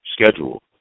schedule